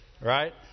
Right